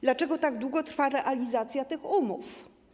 Dlaczego tak długo trwa realizacja tych umów?